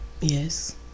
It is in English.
yes